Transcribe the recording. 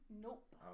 Nope